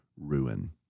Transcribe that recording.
ruin